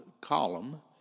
column